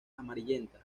amarillenta